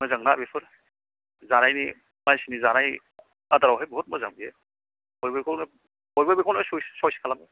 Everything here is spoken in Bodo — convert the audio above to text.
मोजांना बेफोर जानायनि मानसिनि जानाय आदारावहाय बहुत मोजां बेयो बयबो बेखौ बयबो बेखौनो चइस खालामो